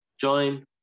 join